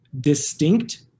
distinct